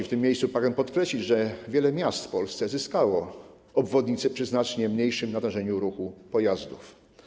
W tym miejscu pragnę podkreślić, że wiele miast w Polsce zyskało obwodnicę przy znacznie mniejszym natężeniu ruchu pojazdów.